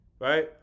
right